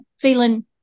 feeling